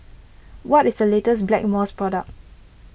what is the latest Blackmores product